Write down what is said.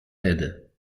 raides